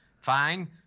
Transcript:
fine